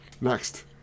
Next